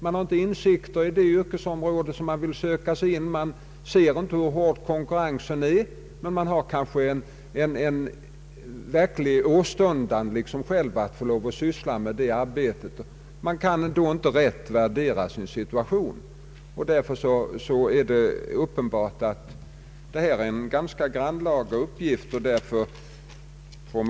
De har inte insikter i det yrkesområde dit de vill söka sig. De ser inte hur hård konkurrensen är, men de har kanske en verklig åstundan att syssla med ett visst arbete. De kan inte rätt bedöma sin situation. Därför är det uppenbart att det här är fråga om en ganska grannlaga uppgift för verkets personal.